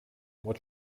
what